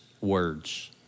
words